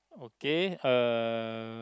okay uh